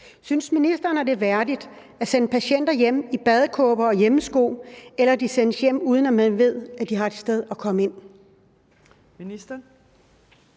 Synes ministeren, at det er værdigt at sende patienter hjem i badekåber og hjemmesko, eller at de sendes hjem, uden at man ved, om de har et sted at komme ind?